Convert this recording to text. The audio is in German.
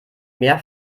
mehr